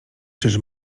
czyż